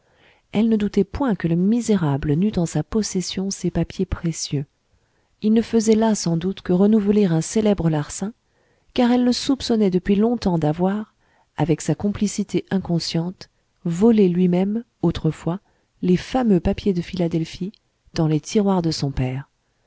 elle ne doutait point que le misérable n'eût en sa possession ces papiers précieux il ne faisait là sans doute que renouveler un célèbre larcin car elle le soupçonnait depuis longtemps d'avoir avec sa complicité inconsciente volé lui-même autrefois les fameux papiers de philadelphie dans les tiroirs de son père